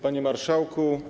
Panie Marszałku!